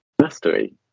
mastery